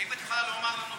האם את יכולה לומר לנו באמת,